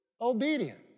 obedient